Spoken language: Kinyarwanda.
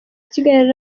kigali